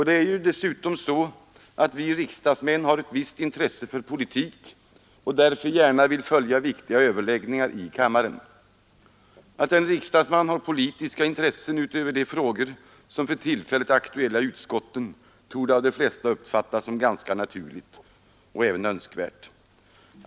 Det är ju dessutom så att vi riksdagsmän har ett visst intresse för politik och därför gärna vill följa viktiga överläggningar i kammaren. Att en riksdagsman har politiska intressen utöver de frågor som för tillfället är aktuella i utskotten torde av de flesta uppfattas som ganska naturligt och även önskvärt.